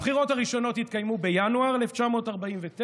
הבחירות הראשונות התקיימו בינואר 1949,